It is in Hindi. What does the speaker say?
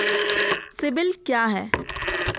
सिबिल क्या है?